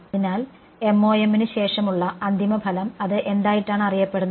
അതിനാൽ MoM ന് ശേഷമുള്ള അന്തിമ ഫലം അത് എന്തായിട്ടാണ് അറിയപ്പെടുന്നത്